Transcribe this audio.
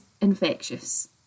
infectious